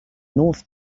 north